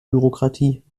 bürokratie